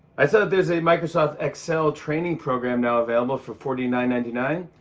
i saw that there's a microsoft excel training program now available for forty nine nine nine